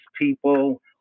people